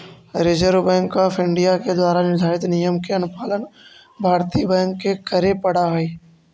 reserve bank of India के द्वारा निर्धारित नियम के अनुपालन भारतीय बैंक के करे पड़ऽ हइ